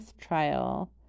trial